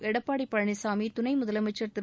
எடப்பாடி பழனிசாமி துணை முதலமைச்சர் திரு